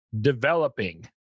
developing